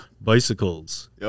Bicycles